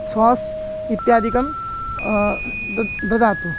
sauce इत्यादिकं द ददातु